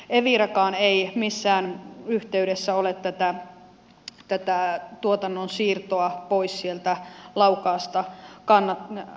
evirakaan ei missään yhteydessä ole tätä tuotannon siirtoa pois sieltä laukaasta suositellut